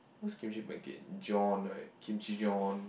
what's Kimchi pancake John right Kimchi Jon